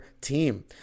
team